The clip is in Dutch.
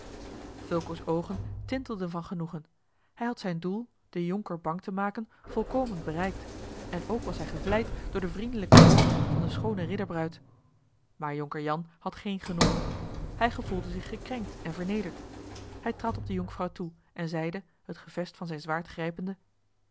fulco's oogen tintelden van genoegen hij had zijn doel den jonker bang te maken volkomen bereikt en ook was hij gevleid door de vriendelijke woorden van de schoone ridderbruid maar jonker jan had geen genoegen hij gevoelde zich gekrenkt en vernederd hij trad op de jonkvrouw toe en zeide het gevest van zijn zwaard grijpende